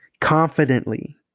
confidently